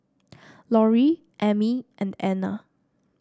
Lorrie Emmie and Anna